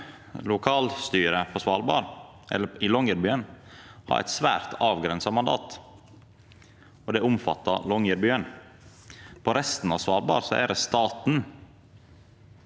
lokalstyret i Longyearbyen har eit svært avgrensa mandat. Det omfattar Longyearbyen. På resten av Svalbard er det staten